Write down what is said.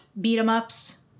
beat-em-ups